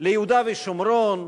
ליהודה ושומרון,